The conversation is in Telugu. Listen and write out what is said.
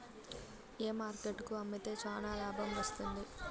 ఏ మార్కెట్ కు అమ్మితే చానా లాభం వస్తుంది?